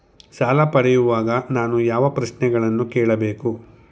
ಸಾಲ ಪಡೆಯುವಾಗ ನಾನು ಯಾವ ಪ್ರಶ್ನೆಗಳನ್ನು ಕೇಳಬೇಕು?